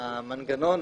המנגנון,